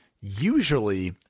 usually –